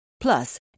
Plus